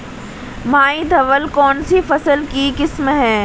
माही धवल कौनसी फसल की किस्म है?